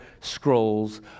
scrolls